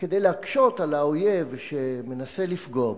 כדי להקשות על האויב שמנסה לפגוע בו.